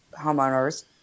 homeowners